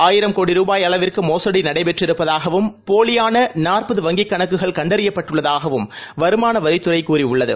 ஆயிரம் கோடி ருபாய் அளவிற்குமோசடிநடைபெற்றிருப்பதுகவும் போலியானநாற்பது வங்கிக் கணக்குகள் கண்டறியப்பட்டுள்ளதாகவும் வருமானவரித் துறைகூறியுள்ளது